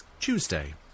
Tuesday